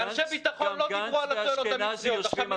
משהו לא טוב עובר עליך, אתה כן פוליטי.